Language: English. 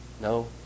No